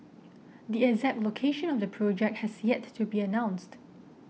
the exact location of the project has yet to be announced